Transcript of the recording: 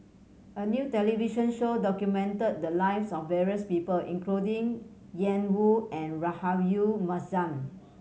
a new television show documented the lives of various people including Ian Woo and Rahayu Mahzam